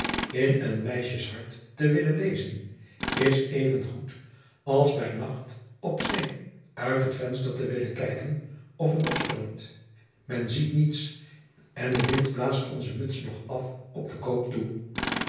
in een meisjes hart te willen lezen is even goed als bij nacht op zee uit het venster te willen kijken of het nog stormt men ziet niets en de wind blaast onze muts nog af op den koop toe